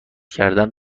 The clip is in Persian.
کردن